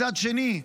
מצד שני,